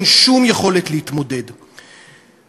אין שום יכולת להתמודד אתו.